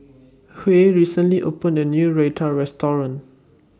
Huy recently opened A New Raita Restaurant